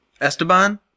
Esteban